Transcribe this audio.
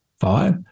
five